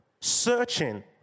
searching